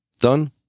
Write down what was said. Done